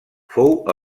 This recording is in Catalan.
fou